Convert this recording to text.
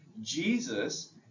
Jesus